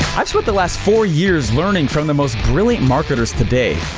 i've spent the last four years learning from the most brilliant marketers today.